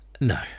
No